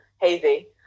Hazy